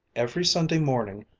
every sunday morning,